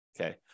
Okay